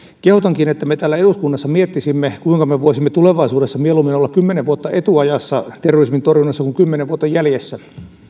kehotankin että me täällä eduskunnassa miettisimme kuinka me voisimme tulevaisuudessa mieluummin olla kymmenen vuotta etuajassa terrorismin torjunnassa kuin kymmenen vuotta jäljessä